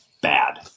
bad